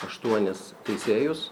aštuonis teisėjus